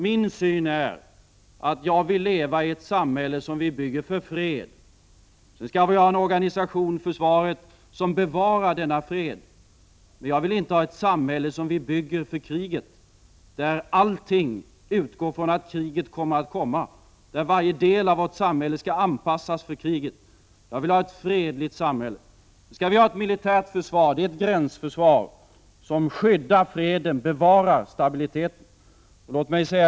Min syn är att jag vill leva i ett samhälle som vi bygger för fred. Sedan skall vi ha en organisation, försvaret, som bevarar denna fred. Jag vill inte ha ett samhälle som vi bygger för kriget, där allting utgår från att kriget kommer, där varje del av vårt samhälle skall anpassas för kriget. Jag vill ha ett fredligt samhälle. Då skall vi ha ett militärt försvar, ett gränsförsvar som skyddar freden och bevarar stabiliteten.